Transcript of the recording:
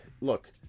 look